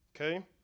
Okay